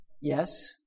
yes